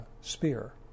spear